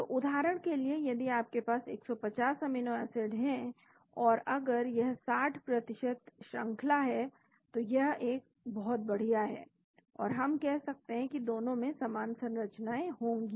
तो उदाहरण के लिए यदि आपके पास 150 अमीनो एसिड हैं और अगर यह 50 प्रतिशत श्रंखला है तो यह बहुत बढ़िया है और हम कह सकते हैं कि दोनों में समान संरचना होगी